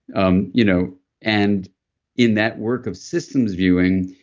um you know and in that work of systems viewing,